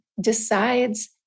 decides